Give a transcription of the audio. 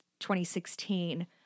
2016